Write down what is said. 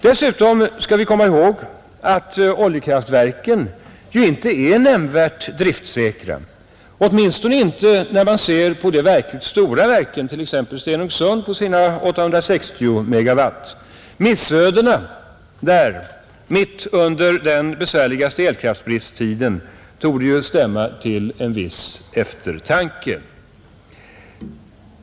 Dessutom skall vi komma ihåg att oljekraftverken inte är nämnvärt driftsäkra, åtminstone inte när man ser på de verkligt stora verken, t.ex. Stenungsund med sina 860 megawatt. Missödena där mitt under den besvärligaste elkraftsbristtiden torde stämma till en viss eftertanke.